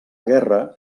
guerra